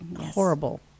horrible